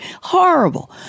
horrible